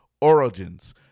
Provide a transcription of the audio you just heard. origins